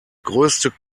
größte